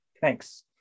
Thanks